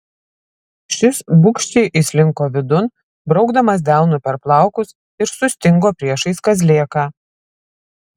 šis bugščiai įslinko vidun braukdamas delnu per plaukus ir sustingo priešais kazlėką